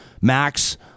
Max